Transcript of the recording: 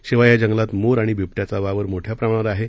शिवाय या जंगलात मोर आणि बिबट्याचा वावर मोठ्या प्रमाणावर आहे